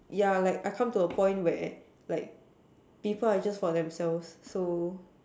yeah like I come to a point where like people are just for themselves so